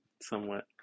Somewhat